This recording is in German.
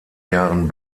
jahren